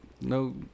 no